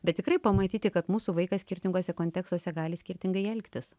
bet tikrai pamatyti kad mūsų vaikas skirtinguose kontekstuose gali skirtingai elgtis